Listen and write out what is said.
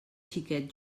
xiquet